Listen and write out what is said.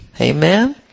Amen